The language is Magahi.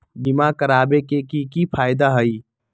बीमा करबाबे के कि कि फायदा हई?